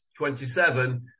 27